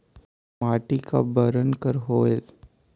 माटी का बरन कर होयल?